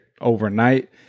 overnight